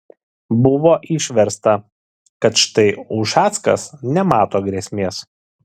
buvo išversta kad štai ušackas nemato grėsmės